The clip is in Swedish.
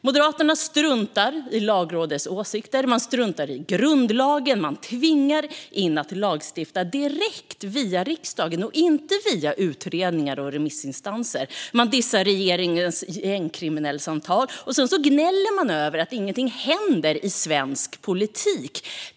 Moderaterna struntar i Lagrådets åsikter. De struntar i grundlagen och tvingar in att lagstifta direkt via riksdagen och inte via utredningar och remissinstanser. De dissar regeringens gängkriminellsamtal, och sedan gnäller de över att ingenting händer i svensk politik.